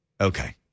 Okay